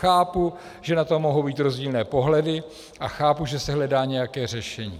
Chápu, že na to mohou být rozdílné pohledy, a chápu, že se hledá nějaké řešení.